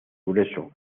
grueso